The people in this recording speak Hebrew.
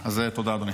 אז תודה, אדוני.